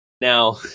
Now